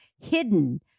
hidden